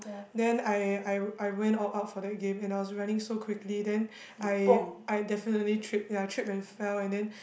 then I I I went all out for the game and I was running so quickly then I I definitely trip ya trip and fell and then